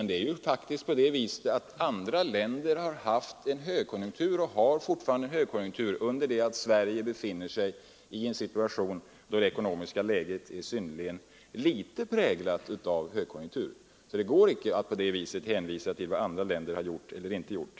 Det är faktiskt så att andra länder haft och fortfarande har en högkonjunktur under det att Sverige befinner sig i en situation där det ekonomiska läget är synnerligen litet präglat av en högkonjunktur. Det går alltså inte att på — Nr 15 det sättet hänvisa till vad andra länder gjort eller inte gjort.